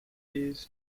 years